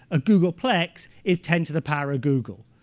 a googolplex is ten to the power of googol.